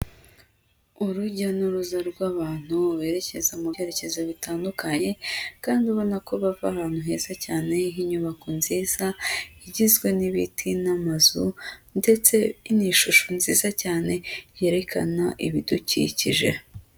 Urujya n'uruza rw'abantu berekeza mu byerekezo bitandukanye, kandi ubona ko bava ahantu heza cyane h'inyubako nziza, igizwe n'ibiti n'amazu ndetse ni ishusho nziza cyane, yerekana ibidukikije.